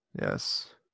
yes